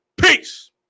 Peace